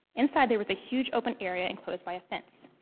inside, there was a huge open area enclosed by a fence.